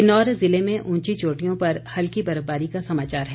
किन्नौर जिले में उंची चोटियों पर हल्की बर्फबारी का समाचार है